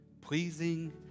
pleasing